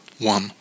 one